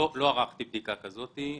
לא ערכתי בדיקה כזאת.